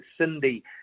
Cindy